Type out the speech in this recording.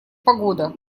погода